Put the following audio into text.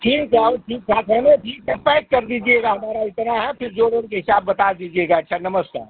ठीक है और ठीक ठाक है ना ठीक से पैक कर दीजिएगा हमारा इतना है फिर जोड़ ओड़ के हिसाब बता दीजिएगा अच्छा नमस्कार